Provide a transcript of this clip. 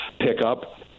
pickup